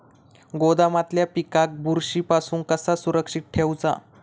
गोदामातल्या पिकाक बुरशी पासून कसा सुरक्षित ठेऊचा?